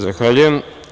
Zahvaljujem.